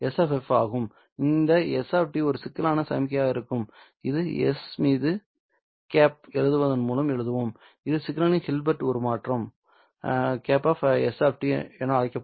S ஆகும் இந்த s ஒரு சிக்கலான சமிக்ஞையாக இருக்கும் இது s மீது கேப் எழுதுவதன் மூலம் எழுதுவோம் இது சிக்னலின் ஹில்பர்ட் உருமாற்றம் s என அழைக்கப்படும்